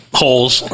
holes